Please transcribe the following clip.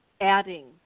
adding